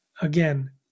Again